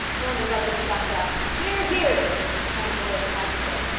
norman douglas shouted out hear! hear and some boy at the back said,